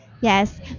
Yes